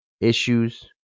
issues